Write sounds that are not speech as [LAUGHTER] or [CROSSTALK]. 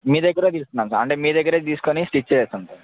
మీ దగ్గిరే తీసుకున్నాం సార్ అంటే మీ దగ్గిరే తీసుకొని స్టిచ్ [UNINTELLIGIBLE] సార్